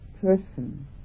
person